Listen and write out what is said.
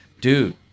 dude